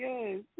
Yes